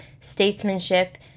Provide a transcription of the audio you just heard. statesmanship